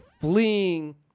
fleeing